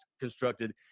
constructed